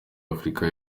afurika